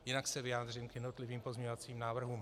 Jinak se vyjádřím k jednotlivým pozměňovacím návrhům.